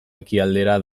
ekialdera